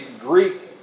Greek